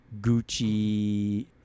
Gucci